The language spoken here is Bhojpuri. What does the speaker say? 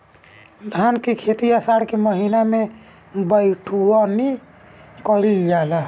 धान के खेती आषाढ़ के महीना में बइठुअनी कइल जाला?